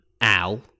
Al